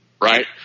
right